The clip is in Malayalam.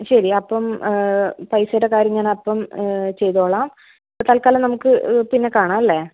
ശരി അപ്പം പൈസയുടെ കാര്യം ഞാനപ്പം ചെയ്തോളാം ഇപ്പം തൽക്കാലം നമക്ക് പിന്നെ കാണാം അല്ലേ